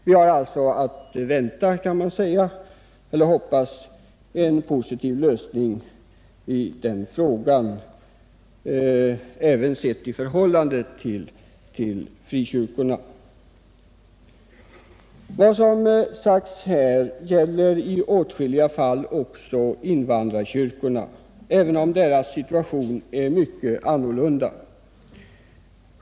Vi har alltså att hoppas på en positiv lösning av den frågan, även ur frikyrkornas synpunkt. Vad som sagts här gäller i åtskilliga fall också invandrarkyrkorna, även om deras situation är mycket annorlunda.